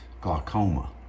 glaucoma